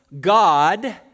God